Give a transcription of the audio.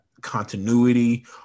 continuity